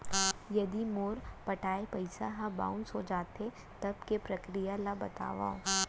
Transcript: यदि मोर पटाय पइसा ह बाउंस हो जाथे, तब के प्रक्रिया ला बतावव